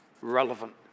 relevant